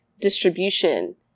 distribution